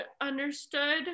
understood